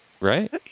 Right